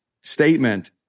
statement